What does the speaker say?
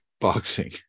boxing